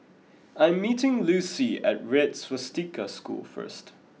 I'm meeting Lucy at Red Swastika School first